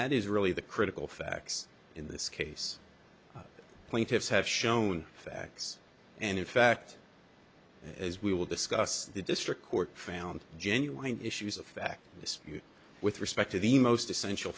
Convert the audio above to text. that is really the critical facts in this case the plaintiffs have shown facts and in fact as we will discuss the district court found genuine issues of fact this with respect to the most essential